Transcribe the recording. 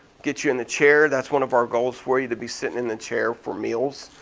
get you in the chair. that's one of our goals for you, to be sitting in the chair for meals.